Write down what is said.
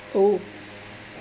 oh